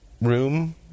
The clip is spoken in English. room